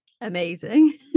amazing